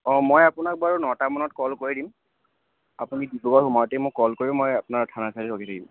অঁ মই আপোনাক বাৰু নটামানত কল কৰি দিম আপুনি গৈ সোমাওতেই মোক কল কৰিব মই আপোনাৰ থানা চাৰিআলিত ৰখি থাকিম